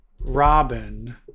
Robin